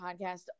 podcast